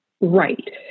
Right